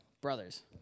brothers